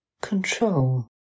control